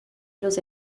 los